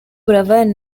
buravan